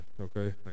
okay